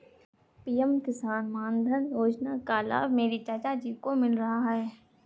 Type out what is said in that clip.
PM Kisan Maandhan Yojana का लाभ मेरे चाचा जी को मिल रहा है